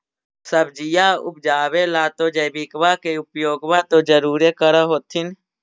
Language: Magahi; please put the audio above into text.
सब्जिया उपजाबे ला तो जैबिकबा के उपयोग्बा तो जरुरे कर होथिं?